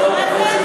על קריסת